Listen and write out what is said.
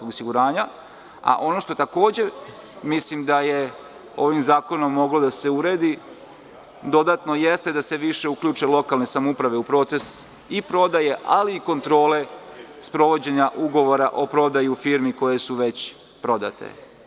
Ono što takođe mislim da je moglo ovim zakonom da se uredi dodatno, jeste da se više uključe lokalne samouprave u proces i prodaje, ali i kontrole sprovođenja ugovora o prodaji firmi koje su već prodate.